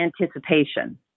anticipation